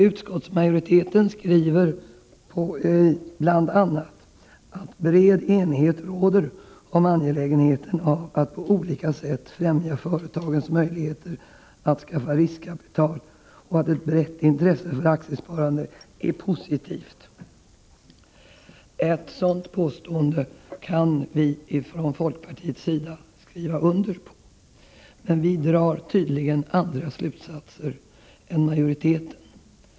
Utskottsmajoriteten skriver bl.a. ”att bred enighet råder om angelägenheten av att på olika sätt främja företagens möjligheter att anskaffa riskkapital och att ett brett intresse för aktiesparande är positivt”. Ett sådant påstående kan vi från folkpartiets sida skriva under, men vi drar tydligen andra slutsatser än majoriteten.